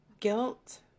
Guilt